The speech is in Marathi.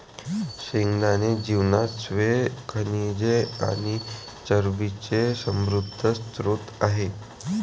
शेंगदाणे जीवनसत्त्वे, खनिजे आणि चरबीचे समृद्ध स्त्रोत आहेत